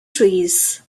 trees